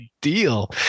deal